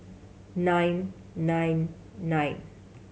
nine nine nine